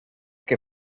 que